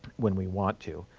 when we want to.